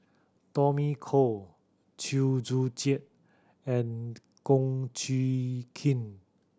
Tommy Koh Chew Joo Chiat and Kum Chee Kin